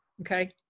okay